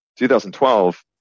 2012